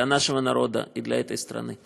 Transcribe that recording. למען העם שלנו ולמען המדינה הזאת.